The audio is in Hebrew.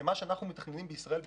למה שאנחנו מתכננים בישראל ב-2030.